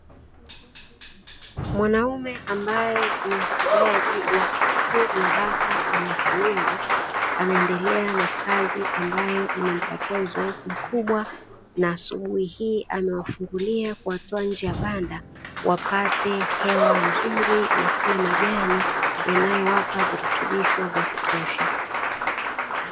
Mwanaume ambaye ni mfugaji wa kuku kwa miaka mingi, anaendelea na kazi ambayo imempatia uzoefu mkubwa na asubuhi hii amewafungulia kuwatoa nje ya banda wapate hewa nzuri na kula majani yanayowapa virutubisho vya kutosha.